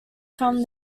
from